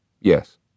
Yes